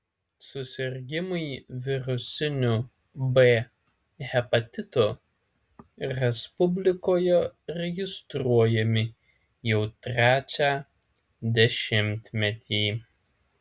susirgimai virusiniu b hepatitu respublikoje registruojami jau trečią dešimtmetį